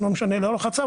לאורך הצו,